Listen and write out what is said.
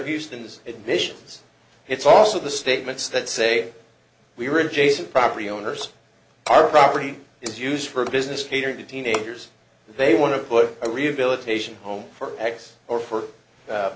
this admissions it's also the statements that say we were in jason property owners our property is used for business catering to teenagers they want to put a rehabilitation home for x or for